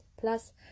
Plus